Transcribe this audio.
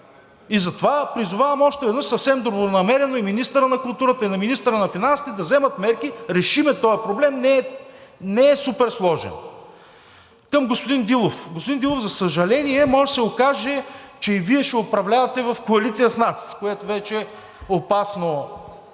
Затова призовавам още веднъж съвсем добронамерено и министъра на култура, и министъра на финансите да вземат мерки. Решим е този проблем. Не е супер сложен. Към господин Дилов. Господин Дилов, за съжаление, може да се окаже, че и Вие ще управлявате в коалиция с нас, което е вече опасно